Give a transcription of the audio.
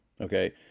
okay